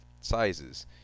sizes